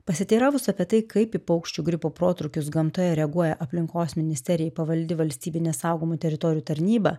pasiteiravus apie tai kaip į paukščių gripo protrūkius gamtoje reaguoja aplinkos ministerijai pavaldi valstybinė saugomų teritorijų tarnyba